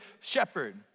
shepherd